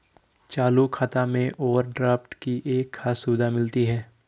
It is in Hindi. चालू खाता में ओवरड्राफ्ट की एक खास सुविधा मिलती है